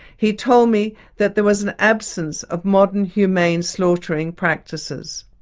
he told me that there was an absence of modern humane slaughtering practices.